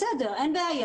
בסדר, אין בעיה.